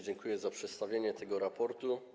Dziękuję za przedstawienie tego raportu.